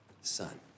Son